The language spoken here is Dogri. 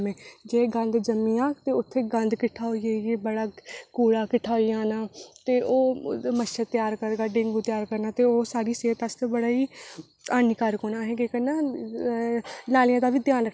फुल्लबड़ियां हियां उ'नेंगी तलेआ उ'नेंगी तलेआ ते रक्खेआ ते कन्नै चाह् बनाई ते कन्नै चाह् चाह् कन्नै सोआद लगदियां फुल्लबड़ियां ते चाह् ते फ्ही में उसी बनाइयै रक्खेआ ते मेरी रुट्टी बनी ते